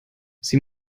sie